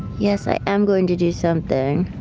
yes, i am going to do something.